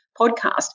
podcast